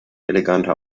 eleganter